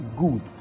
Good